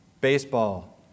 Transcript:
baseball